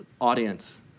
audience